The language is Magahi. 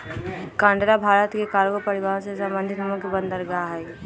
कांडला भारत के कार्गो परिवहन से संबंधित मुख्य बंदरगाह हइ